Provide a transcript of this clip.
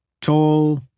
tall